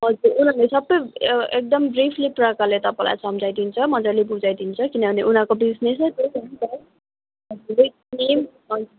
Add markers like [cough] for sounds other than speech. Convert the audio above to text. हजुर उनीहरूले सबै एकदम ब्रिफली प्रकारले तपाईँलाई सम्झाइदिन्छ मज्जाले बुझाइदिन्छ किनभने उनीहरूको बिजनेस नै त्यही हो नि त [unintelligible]